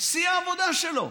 שיא העבודה שלו.